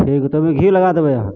ठीक हइ तऽ ओहिमे घी लगा देबै